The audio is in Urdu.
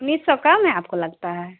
انیس سو کم ہے آپ کو لگتا ہے